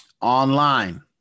Online